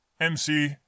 MC